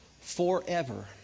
forever